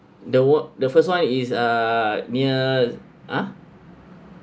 the one the first one is uh near !huh!